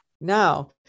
Now